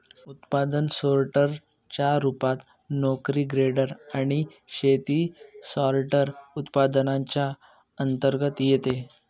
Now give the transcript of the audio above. उत्पादन सोर्टर च्या रूपात, नोकरी ग्रेडर आणि शेती सॉर्टर, उत्पादनांच्या अंतर्गत येते